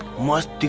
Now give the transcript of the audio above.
must